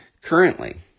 currently